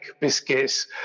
biscuits